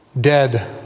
dead